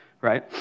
right